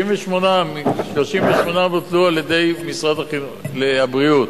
38 בוטלו על-ידי משרד הבריאות.